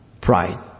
pride